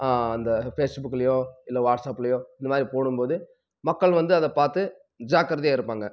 அந்த ஃபேஸ்புக்குலையோ இல்லை வாட்ஸப்லையோ இந்த மாதிரி போடும் போது மக்கள் வந்து அதை பார்த்து ஜாக்கிரதையாக இருப்பாங்க